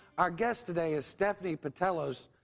our guest today is stephanie petelos,